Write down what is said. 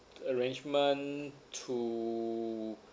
arrangement to